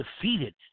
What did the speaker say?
defeated